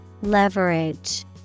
Leverage